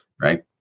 right